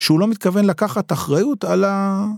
שהוא לא מתכוון לקחת אחריות על ה....